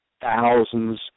thousands